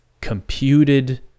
computed